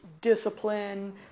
discipline